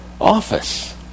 office